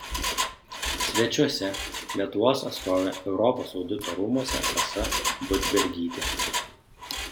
svečiuose lietuvos atstovė europos audito rūmuose rasa budbergytė